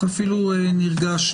אפילו נרגש,